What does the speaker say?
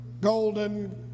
golden